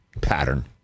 pattern